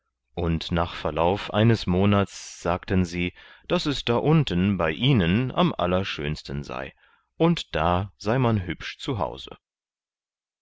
und nach verlauf eines monats sagten sie daß es da unten bei ihnen am allerschönsten sei und da sei man hübsch